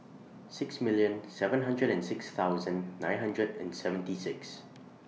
six million seven hundred and six thousand nine hundred and seventy six